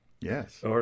Yes